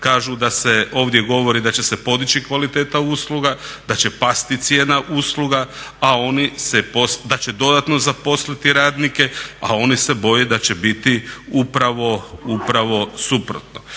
kažu da se ovdje govori da će se podići kvaliteta usluga, da će pasti cijena usluga, da će dodatno zaposliti radnike, a oni se boje da će biti upravo suprotno.